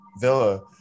Villa